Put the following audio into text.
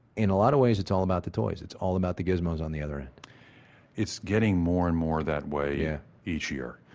in a lot of ways, it's all about the toys, it's all about the gizmos on the other end it's getting more and more that way yeah each year.